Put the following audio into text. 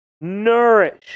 Nourish